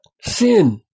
sin